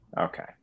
Okay